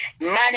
money